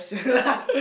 no no